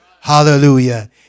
Hallelujah